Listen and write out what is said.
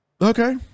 Okay